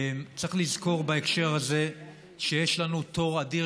צריך לזכור בהקשר הזה שיש לנו תור אדיר